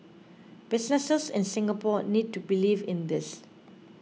businesses in Singapore need to believe in this